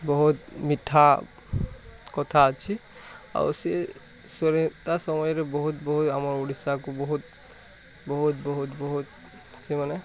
ବହୁତ ମିଠା କଥା ଅଛି ଆଉ ସିଏ ତା ସମୟରେ ବହୁତ ବହୁତ ଆମ ଓଡ଼ିଶାକୁ ବହୁତ ବହୁତ ବହୁତ ବହୁତ ସେମାନେ